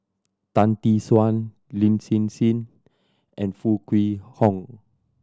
Tan Tee Suan Lin Hsin Hsin and Foo Kwee Horng